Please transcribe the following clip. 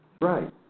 Right